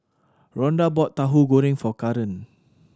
Ronda brought Tahu Goreng for Karan